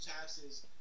taxes